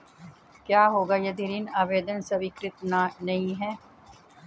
क्या होगा यदि ऋण आवेदन स्वीकृत नहीं है?